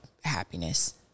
happiness